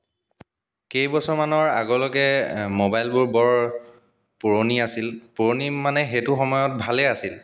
কেইবছৰ মানৰ আগলৈকে মোবাইলবোৰ বৰ পুৰণি আছিল পুৰণি মানে সেইটো সময়ত ভালে আছিল